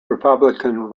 republican